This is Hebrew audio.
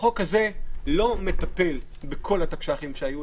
החוק הזה לא מטפל בכל התקש"חים שהיו.